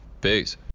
Peace